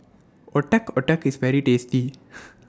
Otak Otak IS very tasty